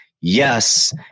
yes